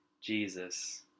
Jesus